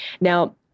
Now